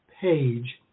page